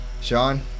Sean